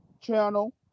channel